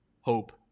hope